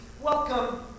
welcome